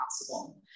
possible